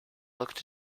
looked